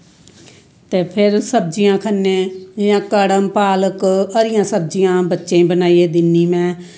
ते फिर सब्जियां खन्ने जियां कड़म पालक हरियां सब्जियां बच्चेई बनाइयै दिन्नी में